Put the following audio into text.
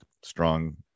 strong